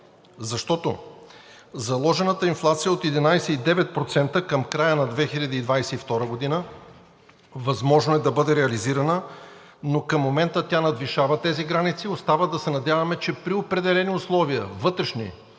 Защото заложената инфлация от 11,9% към края на 2022 г. е възможно да бъде реализирана, но към момента тя надвишава тези граници. Остава да се надяваме, че при определени условия – вътрешни